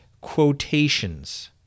quotations